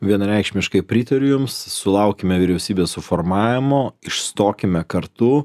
vienareikšmiškai pritariu jums sulaukime vyriausybės suformavimo išstokime kartu